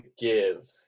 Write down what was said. give